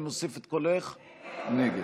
התשפ"א 2021,